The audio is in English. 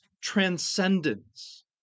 transcendence